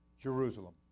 Jerusalem